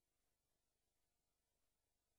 לאיחוד האירופי, פרוטוקול